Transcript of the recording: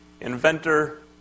inventor